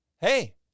hey